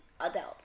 adults